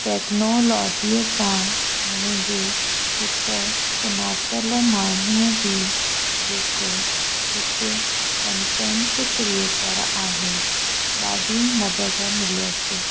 टैक्नोलॉजीअ सां मुंहिंजे हिकु सुञातल माण्हूअ जी जेको हिकु कंटैंट क्रिएटर आहे ॾाढी मदद मिलयसि